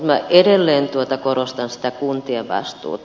minä edelleen korostan sitä kuntien vastuuta